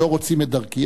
לא רוצים את דרכי,